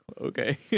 okay